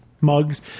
mugs